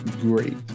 great